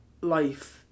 life